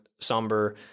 somber